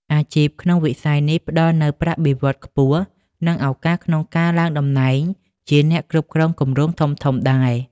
អាជីពក្នុងវិស័យនេះផ្ដល់នូវប្រាក់បៀវត្សរ៍ខ្ពស់ និងឱកាសក្នុងការឡើងតំណែងជាអ្នកគ្រប់គ្រងគម្រោងធំៗដែរ។